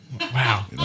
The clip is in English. Wow